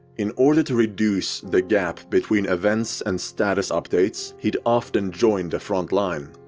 in order to reduce the gap between events and status updates he'd often join the front line.